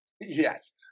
Yes